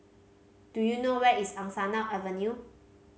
do you know where is Angsana Avenue